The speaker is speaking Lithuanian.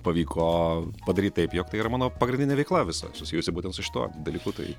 pavyko padaryt taip jog tai yra mano pagrindinė veikla visa susijusi būtent su šituo dalyku tai